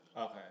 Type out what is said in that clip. Okay